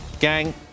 gang